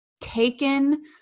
taken